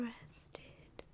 Rested